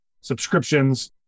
subscriptions